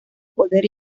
poder